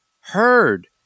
heard